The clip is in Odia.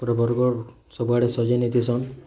ପୁରା ବରଗଡ଼୍ ସବୁଆଡ଼େ ସଜେଇ ନେଇ ଥିସନ୍